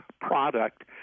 product